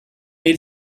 hil